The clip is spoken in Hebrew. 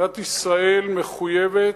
מדינת ישראל מחויבת,